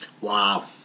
Wow